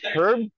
Herb